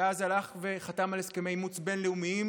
ואז הלך וחתם על הסכמי אימוץ בין-לאומיים